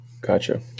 Gotcha